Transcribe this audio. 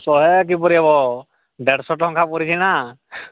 ଶହେ କିପରି ହବ ଦେଢ଼ ଶହ ଟଙ୍କା ପଡ଼ିଛି ନା